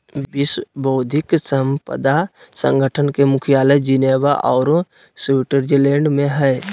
विश्व बौद्धिक संपदा संगठन के मुख्यालय जिनेवा औरो स्विटजरलैंड में हइ